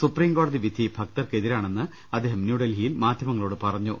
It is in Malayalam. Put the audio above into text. സുപ്രീം കോടതി വിധി ഭക്തർക്ക് എതിരാണെന്ന് അദ്ദേഹം ന്യൂഡൽഹിയിൽ മാധ്യമങ്ങളോട് പറഞ്ഞു